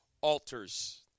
altars